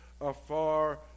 afar